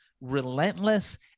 relentless